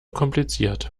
kompliziert